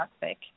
toxic